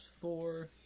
four